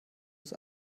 des